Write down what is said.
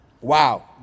wow